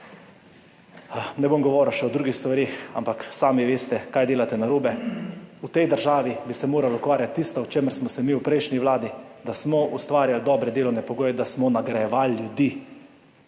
Ne bom govoril še o drugih stvareh, ampak sami veste, kaj delate narobe. V tej državi bi se morali ukvarjati s tistim, o čemer smo se mi v prejšnji vladi, da smo ustvarjali dobre delovne pogoje, da smo nagrajevali ljudi.